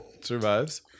survives